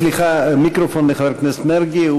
סליחה, מיקרופון לחבר הכנסת מרגי.